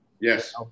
Yes